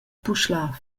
puschlav